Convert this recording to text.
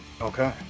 Okay